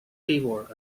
keyboard